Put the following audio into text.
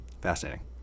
fascinating